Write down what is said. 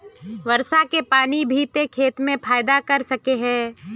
वर्षा के पानी भी ते खेत में फायदा कर सके है?